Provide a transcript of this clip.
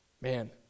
Man